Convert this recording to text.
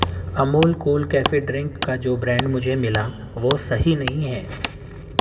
Amul Kool cafe drink کا جو brand مجھے ملا وہ صحیح نہیں ہے